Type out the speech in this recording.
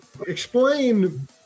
explain